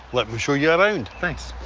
let me show you around. thanks.